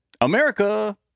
America